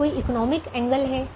क्या कोई economic angle है